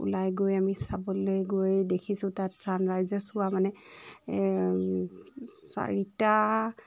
ওলাই গৈ আমি চাবলৈ গৈ দেখিছোঁ তাত চানৰাইজেছ হোৱা মানে চাৰিটা